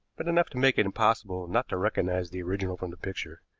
but enough to make it impossible not to recognize the original from the picture.